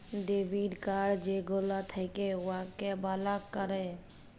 debit card যেগলা থ্যাকে উয়াকে বলক ক্যরে